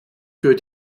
für